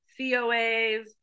COAs